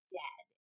dead